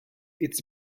its